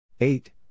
Eight